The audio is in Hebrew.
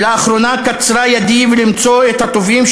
ולאחרונה קצרה ידי מלמצוא את הטובים,